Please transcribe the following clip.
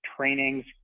trainings